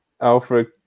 Alfred